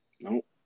Nope